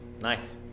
Nice